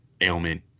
ailment